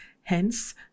hence